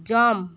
jump